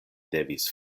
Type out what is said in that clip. devis